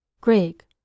Greg